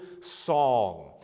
song